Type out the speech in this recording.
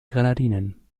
grenadinen